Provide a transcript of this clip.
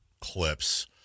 clips